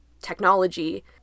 technology